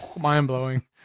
mind-blowing